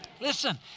Listen